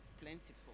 plentiful